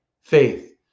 faith